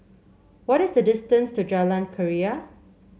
what is the distance to Jalan Keria